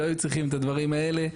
לא היו צריכים את הדברים האלה,